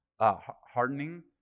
hardening